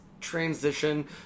transition